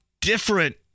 different